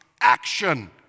action